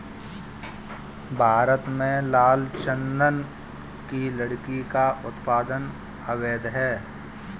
भारत में लाल चंदन की लकड़ी का उत्पादन अवैध है